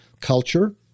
culture